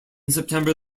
september